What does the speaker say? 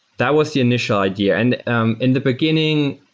that was the initial idea. and um in the beginning,